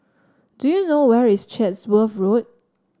do you know where is Chatsworth Road